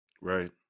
Right